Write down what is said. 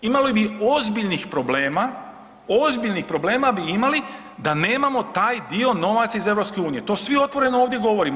Imali bi ozbiljnih problema, ozbiljnih problema bi imali da nemamo taj dio novaca iz EU, to svi otvoreno ovdje govorimo.